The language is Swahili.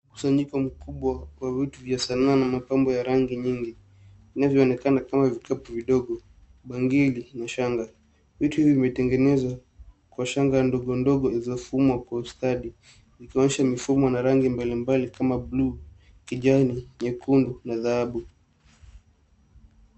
Mkusanyiko mkubwa wa vitu vya sanaa na mapambo ya rangi nyingi inavyoonekana kama vikapu vidogo, bangili na shanga. Vitu vimetengenezwa kwa shanga ndogo ndogo zilizofungwa kwa ustadi zikionyesha mifumo na rangi mbalimbali kama buluu, kijani, nyekundu na dhahabu.